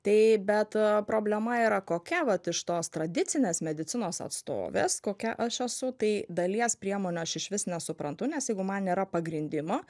tai bet problema yra kokia vat iš tos tradicinės medicinos atstovės kokia aš esu tai dalies priemonių aš išvis nesuprantu nes jeigu man nėra pagrindimo